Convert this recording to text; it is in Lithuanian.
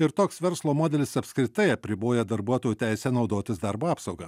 ir toks verslo modelis apskritai apriboja darbuotojų teisę naudotis darbo apsauga